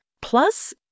Plus